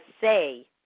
say